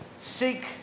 seek